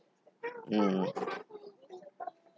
mm